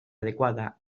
adequada